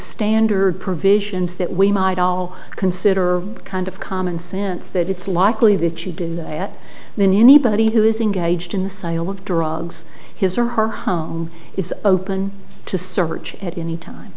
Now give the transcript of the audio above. standard provisions that we might all consider kind of common sense that it's likely that you do that then anybody who is engaged in the sale of drugs his or her home is open to search at any time